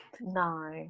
No